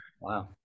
Wow